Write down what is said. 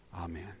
Amen